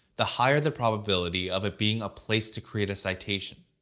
the higher the probability of it being a place to create a citation.